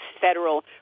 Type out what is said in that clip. Federal